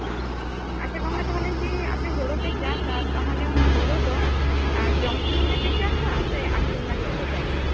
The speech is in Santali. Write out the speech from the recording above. ᱚ ᱟᱪᱪᱷᱟ ᱜᱚᱢᱠᱮ ᱛᱟᱦᱚᱞᱮ ᱡᱮ ᱟᱯᱮ ᱦᱩᱲᱩᱯᱮ ᱪᱟᱥᱟ ᱛᱟᱦᱚᱞᱮ ᱚᱱᱟ ᱦᱩᱲᱩ ᱫᱚ ᱡᱚᱢ ᱥᱩᱢᱩᱝ ᱜᱮᱯᱮ ᱪᱟᱥᱟ ᱥᱮ ᱟᱹᱠᱷᱟᱨᱤᱧ ᱞᱟᱹᱜᱤᱫ ᱦᱚᱸᱯᱮ ᱪᱟᱥᱟ